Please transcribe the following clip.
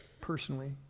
personally